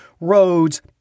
roads